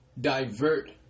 divert